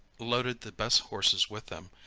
loaded the best horses with them,